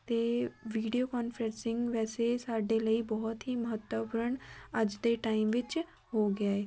ਅਤੇ video conferencing ਵੈਸੇ ਸਾਡੇ ਲਈ ਬਹੁਤ ਹੀ ਮਹੱਤਵਪੂਰਨ ਅੱਜ ਦੇ ਟਾਈਮ ਵਿੱਚ ਹੋ ਗਿਆ ਏ